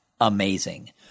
amazing